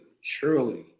surely